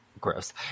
Gross